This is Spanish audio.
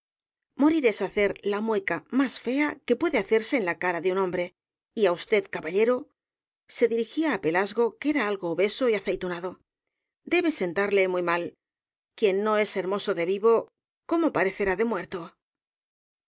botas azules hacer la mueca más fea que puede verse en la cara de un hombre y á usted caballero se dirigía á pelasgo que era algo obeso y aceitunado debe sentarle muy mal quien no es hermoso de vivo cómo parecerá de muerto